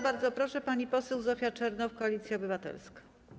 Bardzo proszę, pani poseł Zofia Czernow, Koalicja Obywatelska.